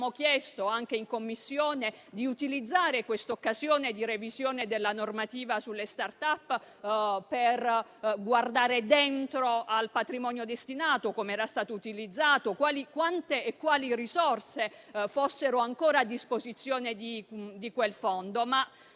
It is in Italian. chiesto, anche in Commissione, di utilizzare questa occasione di revisione della normativa sulle *start-up* per guardare dentro al patrimonio destinato: come era stato utilizzato e quante e quali risorse fossero ancora a disposizione di quel fondo.